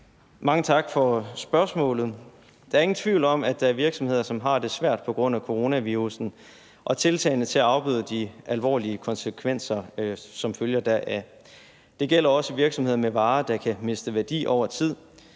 Mange tak for spørgsmålet. Der er ingen tvivl om, at der er virksomheder, som har det svært på grund af coronavirussen og tiltagene til at afbøde de alvorlige konsekvenser, som følger deraf. Det gælder også virksomheder med varer, der kan miste værdi over tid.